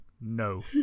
no